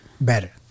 better